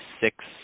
six